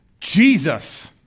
Jesus